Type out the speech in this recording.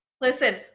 Listen